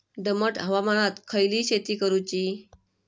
दमट हवामानात खयली शेती करूची?